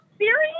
serious